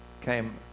came